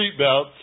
seatbelts